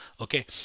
Okay